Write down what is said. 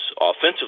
offensively